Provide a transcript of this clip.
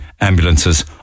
ambulances